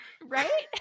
Right